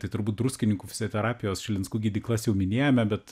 tai turbūt druskininkų fizioterapijos šilinskų gydyklas jau minėjome bet